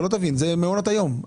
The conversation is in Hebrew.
מעונות היום.